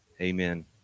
Amen